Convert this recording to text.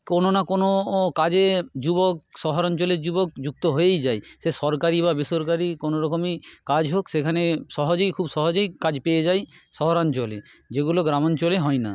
কোনো না কোনো ও কাজে যুবক শহরাঞ্চলে যুবক যুক্ত হয়েই যায় সে সরকারি বা বেসরকারি কোনো রকমই কাজ হোক সেখানে সহজেই খুব সহজেই কাজ পেয়ে যাই শহরাঞ্চলে যেগুলো গ্রাম অঞ্চলে হয় না